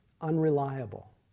unreliable